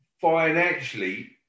financially